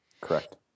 Correct